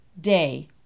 day